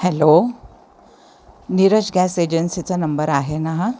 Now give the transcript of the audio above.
hello Neeraj gas एजन्सीचा number आहे ना हा